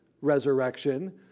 resurrection